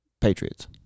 Patriots